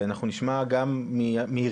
ואנחנו נשמע גם מעיריות,